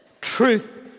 truth